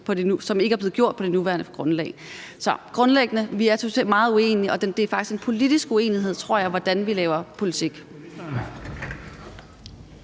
som ikke er blevet gjort på det nuværende grundlag. Så grundlæggende er vi meget uenige, og det er faktisk en politisk uenighed, tror jeg, om, hvordan vi laver politik.